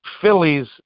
Phillies